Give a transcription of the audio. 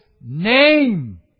name